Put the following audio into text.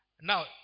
Now